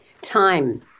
time